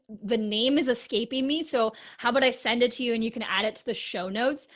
the name is escaping me. so how would i send it to you? and you can add it to the show notes.